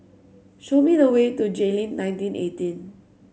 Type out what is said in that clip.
show me the way to Jayleen nineteen eighteen